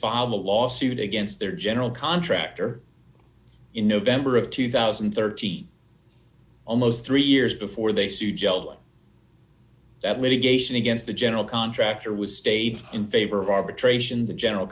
filed the lawsuit against their general contractor in november of two thousand and thirteen almost three years before they sued joe that litigation against the general contractor was stayed in favor of arbitration the general